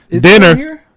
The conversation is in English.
dinner